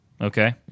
Okay